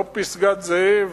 לא פסגת-זאב,